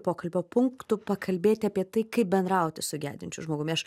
pokalbio punktu pakalbėti apie tai kaip bendrauti su gedinčiu žmogumi aš